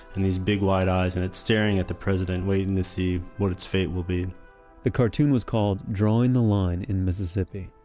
and these big wide eyes and it's staring at the president, waiting to see what its fate will be the cartoon was called drawing the line in mississippi.